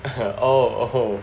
oh oh